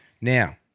Now